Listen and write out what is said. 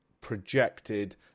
projected